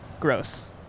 Gross